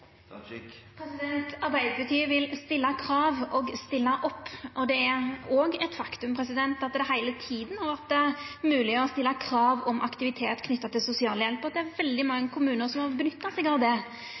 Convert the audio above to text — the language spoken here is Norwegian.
Arbeidarpartiet vil stilla krav og stilla opp. Det er òg eit faktum at det heile tida er mogleg å stilla krav om aktivitet knytt til sosialhjelp, og at det er veldig